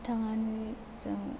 थांनानै जों